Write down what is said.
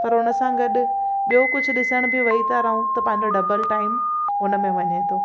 पर उन सां गॾु ॿियो कुझु ॾिसण बि वेही था रहूं त पंहिंजो डबल टाइम हुन में वञे थो